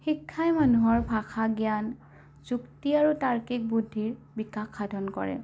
শিক্ষাই মানুহৰ ভাষা জ্ঞান যুক্তি আৰু তাৰ্কিক বুদ্ধিৰ বিকাশ সাধন কৰে